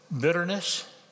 bitterness